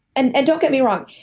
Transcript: and and don't get me wrong,